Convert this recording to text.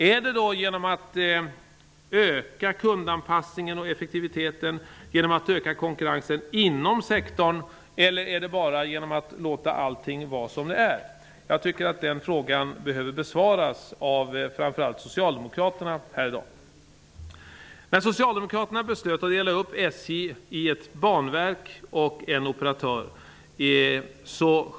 Är det genom att öka kundanpassningen, effektiviteten och konkurrensen inom sektorn, eller är det genom att låta allt vara som det är, som detta kan ske? Den frågan bör besvaras av framför allt Socialdemokraterna här i dag. Men Socialdemokraterna beslutade att dela upp SJ i ett banverk och i en operativ del.